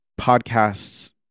podcasts